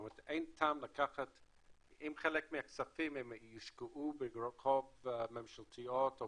זאת אומרת אם חלק מהכספים יושקעו באגרות חוב ממשלתיות או